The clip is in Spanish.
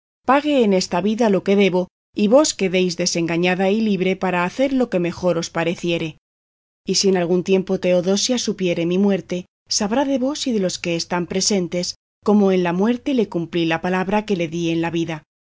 pague en esta vida lo que debo y vos quedéis desengañada y libre para hacer lo que mejor os pareciere y si en algún tiempo teodosia supiere mi muerte sabrá de vos y de los que están presentes cómo en la muerte le cumplí la palabra que le di en la vida